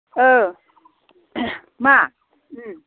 मा